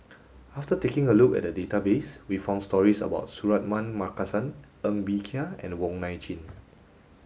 after taking a look at the database we found stories about Suratman Markasan Ng Bee Kia and Wong Nai Chin